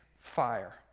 fire